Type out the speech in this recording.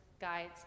guides